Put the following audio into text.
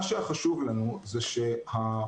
מה שהיה חשוב לנו זה שהמוסדות